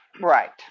Right